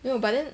没有 but then